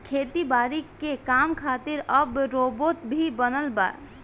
खेती बारी के काम खातिर अब रोबोट भी बनल बा